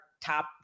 top